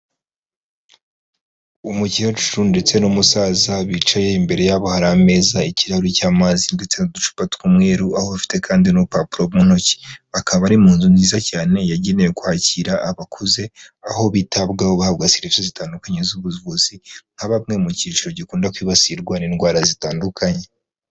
Umukecuru ndetse n'umusaza bicaye, imbere yabo hari ameza, ikirahuri cy'amazi ndetse n'uducupa tw'umweru, aho bafite kandi n'urupapuro mu ntoki, bakaba bari mu nzu nziza cyane yagenewe kwakira abakuze, aho bitabwaho bahabwa serivisi zitandukanye z'ubuvuzi nka bamwe mu cyiciro gikunda kwibasirwa n'indwara zitandukanye.